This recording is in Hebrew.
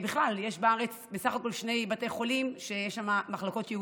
בכלל יש בארץ בסך הכול שני בתי חולים שיש בהם